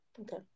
Okay